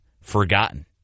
forgotten